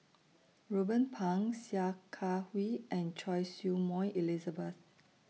Ruben Pang Sia Kah Hui and Choy Su Moi Elizabeth